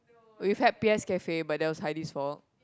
we've had P_S Cafe but that was Hayde's fault